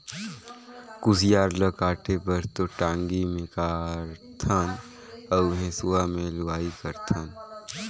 कुसियार ल काटे बर तो टांगी मे कारथन अउ हेंसुवा में लुआई करथन